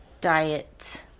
Diet